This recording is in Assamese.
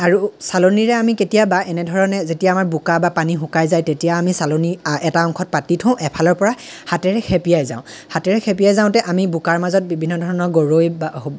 আৰু চালনিৰে আমি কেতিয়াবা এনেধৰণে যেতিয়া বোকা বা পানী শুকাই যায় তেতিয়া আমি চালনী এটা অংশত পাতি থওঁ এফালৰ পৰা হাতেৰে খেপিয়াই যাওঁ হাতেৰে হেপিয়াই যাওঁতে আমি বোকাৰ মাজত বিভিন্ন ধৰণৰ গৰৈ বা